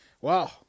wow